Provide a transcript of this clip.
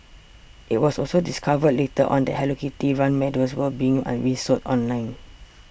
it was also discovered later on that Hello Kitty run medals were being resold online